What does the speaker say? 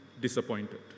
disappointed